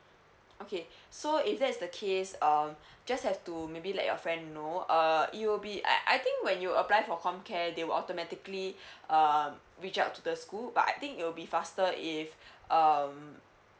okay so if that's the case uh just have to maybe let your friend know err it will be I I think when you apply for comcare they automatically um reach out to the school but I think it will be faster if um